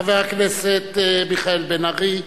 חבר הכנסת מיכאל בן-ארי.